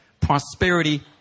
Prosperity